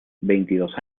veintidós